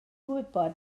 gwybod